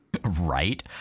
Right